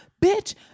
bitch